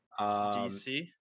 DC